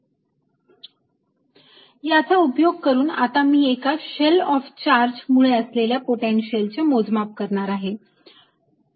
Vzdq4π0rdq4π0z2R214π0Qz2R2 याचा उपयोग करून आता मी एका शेल ऑफ चार्ज मुळे असलेल्या पोटेन्शियल चे मोजमाप करणार आहे